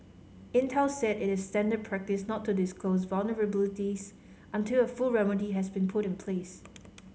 Intel said it is standard practice not to disclose vulnerabilities until a full remedy has been put in place